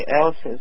else's